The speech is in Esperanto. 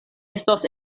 estos